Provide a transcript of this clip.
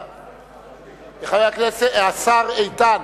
השר איתן,